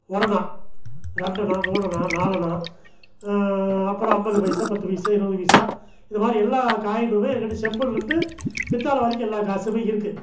ஒரணா ரெண்டணா மூணணா நாலணா அப்புறம் ஐம்பது பைசா பத்து பைசா இருபது பைசா இது மாதிரி எல்லா காயினும் என்கிட்ட செம்புலேருந்து பித்தள வரைக்கும் எல்லா காசும் இருக்கு